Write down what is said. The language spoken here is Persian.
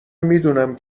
میدونم